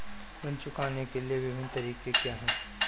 ऋण चुकाने के विभिन्न तरीके क्या हैं?